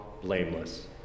blameless